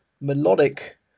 melodic